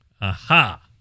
aha